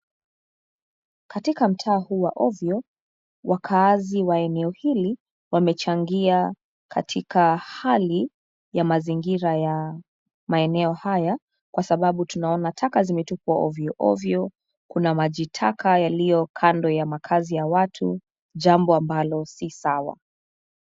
Katika mtaa huu wa ovyo wakaazi wa eneo hili wamechangia katika hali ya mazingira ya maeneo haya kwa sababu tunaona taka zimetupwa ovyo ovyo kuna maji taka yaliyo kando ya makazi ya watu jambo ambalo si sawa.